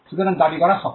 সুতরাং দাবি করা শক্ত